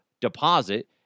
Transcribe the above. deposit